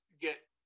get